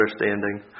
understanding